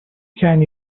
can